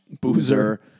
Boozer